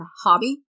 hobby